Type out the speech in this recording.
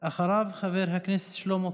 אחריו, חבר הכנסת שלמה קרעי.